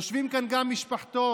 יושבים כאן גם בני משפחתו